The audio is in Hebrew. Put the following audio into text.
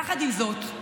יחד עם זאת,